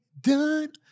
done